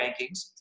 rankings